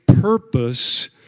purpose